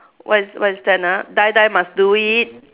what is what is that ah die die must do it